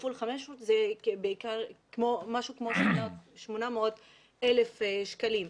כפול 500, מה שמכניס כ-800,000 שקלים.